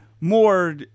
more